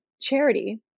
charity